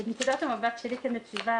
מנקודת המבט שלי כנציבה